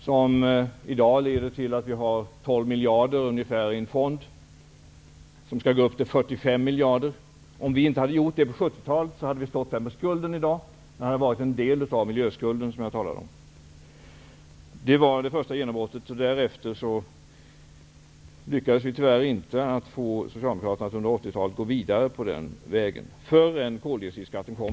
Det har lett till att vi i dag har ungefär 12 miljarder i en fond. Den skall gå upp till 45 miljarder. Om vi inte hade gjort detta på 70-talet, hade vi stått där med skulden i dag. Det hade varit en del av miljöskulden som jag talade om. Det var det första genombrottet. Därefter lyckades vi tyvärr inte med att få socialdemokraterna att gå vidare på den vägen under 80-talet förrän koldioxidskatten kom.